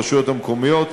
הרשויות המקומיות,